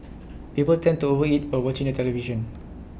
people tend to over eat while watching the television